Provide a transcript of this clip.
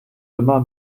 immer